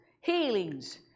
healings